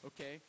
Okay